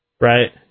right